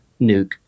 Nuke